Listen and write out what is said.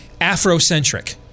Afrocentric